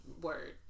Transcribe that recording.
Word